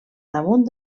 damunt